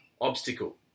obstacle